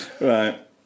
Right